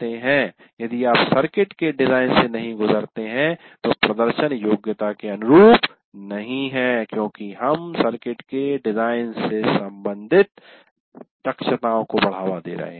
यदि आप सर्किट के डिजाइन से नहीं गुजरते हैं तो प्रदर्शन योग्यता के अनुरूप नहीं है क्योंकि हम सर्किट के डिजाइन से संबंधित दक्षताओं को बढ़ावा दे रहे हैं